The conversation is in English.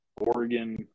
Oregon